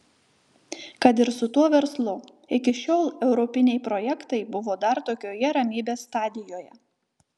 kad ir su tuo verslu iki šiol europiniai projektai buvo dar tokioje ramybės stadijoje